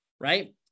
right